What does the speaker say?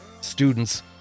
students